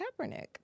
Kaepernick